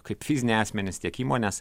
kaip fiziniai asmenys tiek įmonės